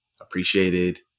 appreciated